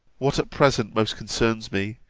what at present most concerns me,